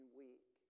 weak